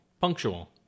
Punctual